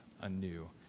anew